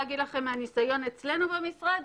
להגיד לכם מה קורה מהניסיון אצלנו במשרד.